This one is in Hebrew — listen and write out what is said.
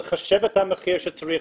לחשב את המחיר שצריך,